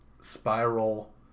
spiral